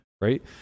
right